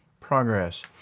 progress